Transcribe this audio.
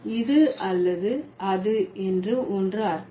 இது அல்லது அது என்று ஒன்று அர்த்தம்